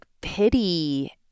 pity